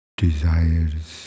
desires